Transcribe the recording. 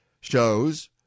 shows